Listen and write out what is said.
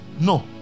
No